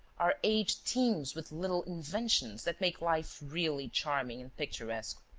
our age teems with little inventions that make life really charming and picturesque.